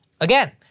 again